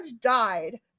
died